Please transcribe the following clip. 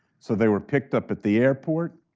so they were picked up at the airport.